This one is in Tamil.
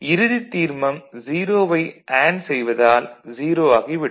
இறுதித் தீர்மம் 0 வை அண்டு செய்வதால் 0 ஆகிவிடும்